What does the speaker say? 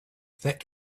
that